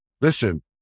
Listen